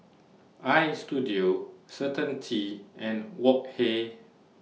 Istudio Certainty and Wok Hey